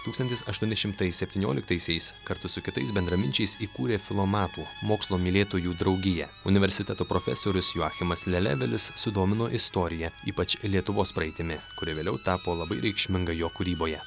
tūkstantis aštuoni šimtai septynioliktaisiais kartu su kitais bendraminčiais įkūrė filomatų mokslo mylėtojų draugiją universiteto profesorius joachimas lelevelis sudomino istorija ypač lietuvos praeitimi kuri vėliau tapo labai reikšminga jo kūryboje